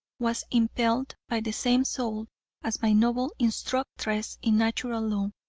was impelled by the same soul as my noble instructress in natural law.